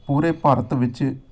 ਪੂਰੇ ਭਾਰਤ ਵਿੱਚ